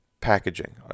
packaging